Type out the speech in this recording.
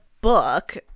book